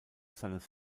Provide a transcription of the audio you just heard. seines